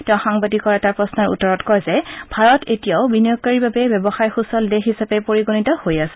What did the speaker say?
তেওঁ সাংবাদিকৰ এটা প্ৰশ্নৰ উত্তৰত কয় যে ভাৰত এতিয়াও বিনিয়োগকাৰীৰ বাবে ব্যৱসায় সূচল দেশ হিচাপে পৰিগণিত হৈ আছে